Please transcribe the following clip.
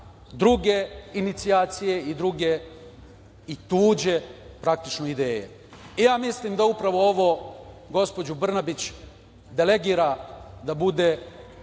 druge inicijacije i druge i tuđe, praktično, ideje. Mislim da upravo ovo gospođu Brnabić delegira da bude